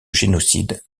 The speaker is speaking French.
génocide